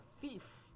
thief